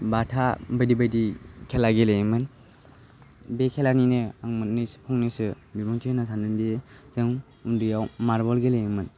बाथा बायदि बायदि खेला गेलेयोमोन बे खेलानिनो आं मोननैसो फंनैसो बिबुंथि होनो सानदोंदि जों उन्दैआव मारबल गेलेयोमोन